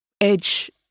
edge